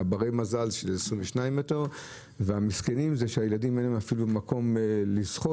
ברי המזל גרים ב-22 מטרים והמסכנים הם אלה שאין לתינוק מקום לזחול